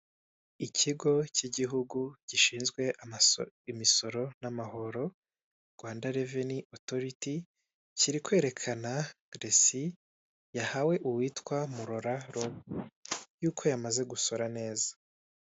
Ikigo k'igihugu gishinzwe imisoro n'amahoro Rwanda reveni otoriti kiri kwerekana resi yahawe uwitwa Murora Rose yuko yamaze gusora neza.